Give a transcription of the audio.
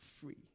free